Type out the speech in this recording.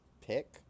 pick